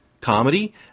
comedy